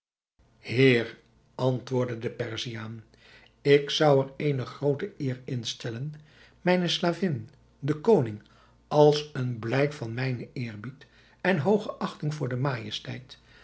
heer antwoordde de perziaan ik zou er eene groote eer in stellen mijne slavin den koning als een blijk van mijnen eerbied en hooge achting voor zijne majesteit